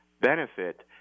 benefit